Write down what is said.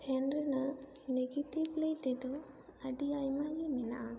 fan ᱨᱮᱱᱟᱜ negative ᱞᱟᱹᱭ ᱛᱮᱫᱚ ᱟᱹᱰᱤ ᱟᱭᱢᱟ ᱜᱮ ᱢᱮᱱᱟᱜᱼᱟ